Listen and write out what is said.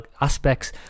aspects